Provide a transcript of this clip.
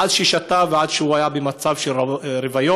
עד ששתה ועד שהיה במצב של רוויה.